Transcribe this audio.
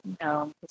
no